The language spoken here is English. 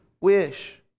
wish